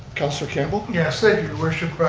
councilor campbell. yeah your worship.